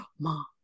Mom